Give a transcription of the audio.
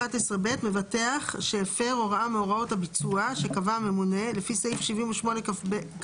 (11ב) מבטח שהפר הוראה מהוראות הביצוע שקבע הממונה לפי סעיף 78כו(ב)